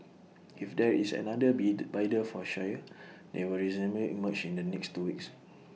if there is another bid bidder for Shire they will emerge in the next two weeks